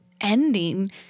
ending